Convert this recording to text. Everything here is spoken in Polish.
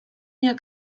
jak